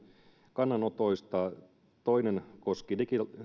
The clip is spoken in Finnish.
kannanotoista toinen koski